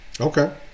Okay